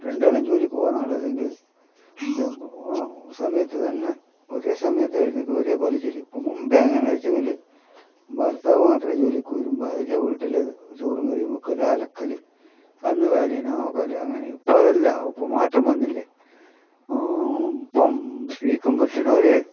രണ്ടാളും ജോലിക്ക് പോകുന്ന ആളാണെങ്കിൽ സമയത്ത് തന്നെ ഒരേ സമയത്ത് എഴുന്നേൽക്കും ഒരേ പോലെ ചെയ്യും മുമ്പേ എങ്ങനെ എന്ന് വച്ചെങ്കിൽ ഭർത്താവ് മാത്രം ജോലിക്ക് വരും ഭാര്യ വീട്ടിൽ ചോറും കറിയും വയ്ക്കലും അലക്കൽ കന്നുകാലിനെ നോക്കൽ അങ്ങനെ ഇപ്പം അതല്ല ഇപ്പം മാറ്റം വന്നില്ലേ ഇപ്പം സ്ത്രീക്കും പുരുഷനും ഒരേ